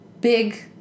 big